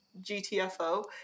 GTFO